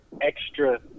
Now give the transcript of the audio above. extra